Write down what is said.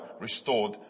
restored